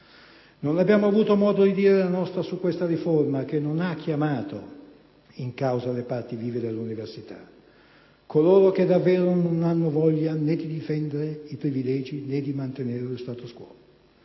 Non abbiamo avuto modo di dire la nostra su questa riforma, che non ha chiamato in causa le parti vive dell'università, coloro che davvero non hanno voglia né di difendere i privilegi né di mantenere lo *status quo*.